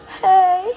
hey